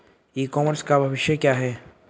ई commerce का भविष्य क्या है?